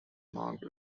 marked